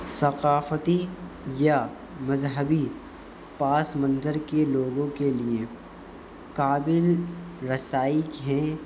ثقافتی یا مذہبی پاس منظر کے لوگوں کے لیے کابل رسائک ہے